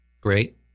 great